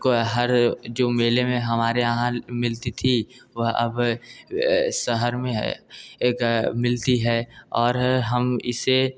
कोई हर जो मेले में हमारे यहाँ मिलती थी वह अब शहर में एक मिलती है और हम इसे